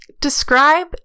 Describe